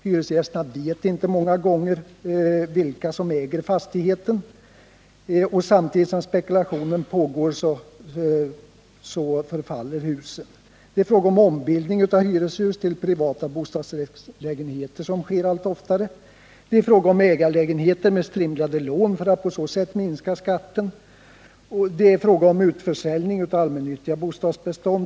Hyresgästerna vet många gånger inte vilka som äger fastigheten. Samtidigt som spekulationen pågår förfaller huset. Det är fråga om ombildning av hyreshus till privata bostadsrättslägenheter, som sker allt oftare. Det är fråga om ägarlägenheter med strimlade lån, för att skatten på så sätt minskar. Det är fråga om utförsäljning av allmännyttiga bostadsbestånd.